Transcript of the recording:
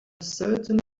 certain